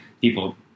People